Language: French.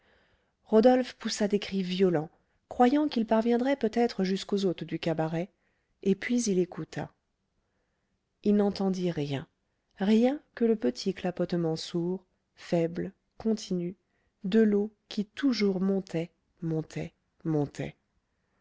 rodolphe poussa des cris violents croyant qu'ils parviendraient peut-être jusqu'aux hôtes du cabaret et puis il écouta il n'entendit rien rien que le petit clapotement sourd faible continu de l'eau qui toujours montait montait montait